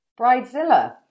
Bridezilla